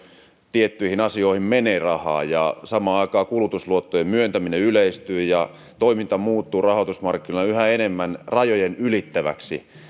tiettyihin asioihin menee rahaa samaan aikaan kulutusluottojen myöntäminen yleistyy ja toiminta muuttuu rahoitusmarkkinoilla yhä enemmän rajat ylittäväksi